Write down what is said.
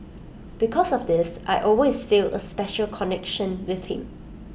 because of this I always feel A special connection with him